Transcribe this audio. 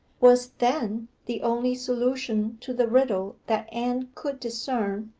was, then, the only solution to the riddle that anne could discern,